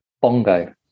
bongo